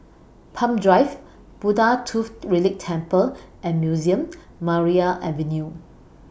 Palm Drive Buddha Tooth Relic Temple and Museum and Maria Avenue